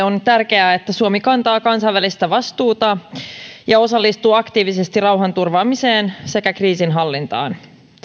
on tärkeää että suomi kantaa kansainvälistä vastuuta ja osallistuu aktiivisesti rauhanturvaamiseen sekä kriisinhallintaan